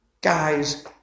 guys